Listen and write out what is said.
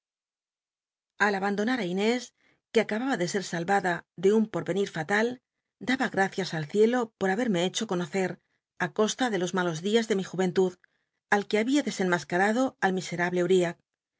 al abandonar ü tnés que acababa de ser sal rada de un por enir fhlal daba racias al cielo por haherme hecho conocer ü costa de los malos dias de mi juven tud al que babia desenma caraclo a miserable